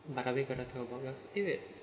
but are we're gonna talk about that it